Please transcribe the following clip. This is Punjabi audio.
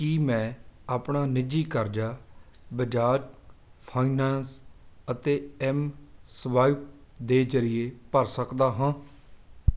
ਕੀ ਮੈਂ ਆਪਣਾ ਨਿੱਜੀ ਕਰਜ਼ਾ ਬਜਾਜ ਫਾਈਨਾਸ ਅਤੇ ਐੱਮਸਵਾਈਪ ਦੇ ਜ਼ਰੀਏ ਭਰ ਸਕਦਾ ਹਾਂ